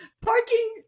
parking